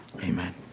Amen